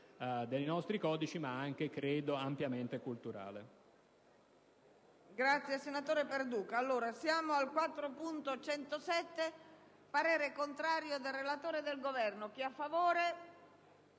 dei nostri codici ma anche, credo, ampiamente culturale.